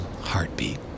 heartbeat